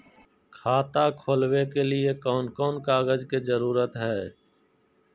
खाता खोलवे के लिए कौन कौन कागज के जरूरत है?